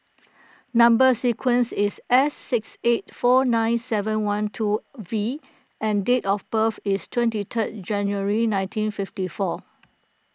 Number Sequence is S six eight four nine seven one two V and date of birth is twenty third January nineteen fifty four